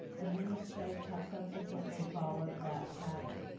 and many states have subsequently followed that pattern.